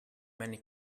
many